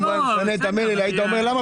אם הוא היה משנה את המלל היית אומר: למה